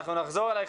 נחזור אליך,